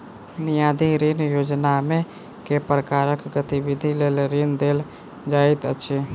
मियादी ऋण योजनामे केँ प्रकारक गतिविधि लेल ऋण देल जाइत अछि